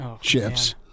shifts